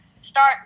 start